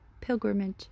pilgrimage